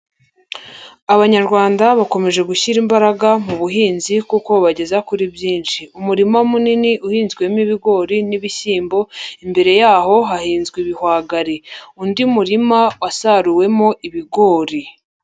Abanyarwanda bakomeje gushyira imbaraga mu buhinzi kuko bubageza kuri byinshi. Umurima munini uhinzwemo ibigori n'ibishyimbo, imbere yaho hahinzwe ibihwagari. Undi murima wasaruwemo ibigori.